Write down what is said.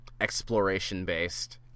exploration-based